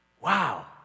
Wow